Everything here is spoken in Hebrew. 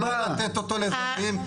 ולא לתת אותו לאזרחים,